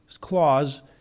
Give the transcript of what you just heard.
clause